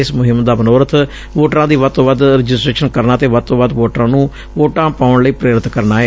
ਇਸ ਮੁਹਿੰਮ ਦਾ ਮਨੋਰਬ ਵੋਟਰਾਂ ਦੀ ਵੱਧ ਤੋਂ ਵੱਧ ਰਜਿਸਟਰੇਸ਼ਨ ਕਰਨਾ ਅਤੇ ਵੱਧ ਤੋਂ ਵੱਧ ਵੋਟਰਾਂ ਨੂੰ ਵੋਟਾਂ ਪਾਉਣ ਲਈ ਪ੍ਰੇਰਿਤ ਕਰਨਾ ਏ